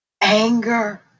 anger